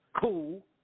cool